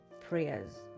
prayers